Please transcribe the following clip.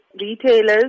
retailers